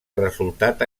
resultat